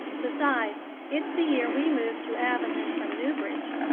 besides, it's the year we moved to avonlea from newbridge.